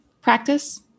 practice